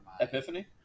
Epiphany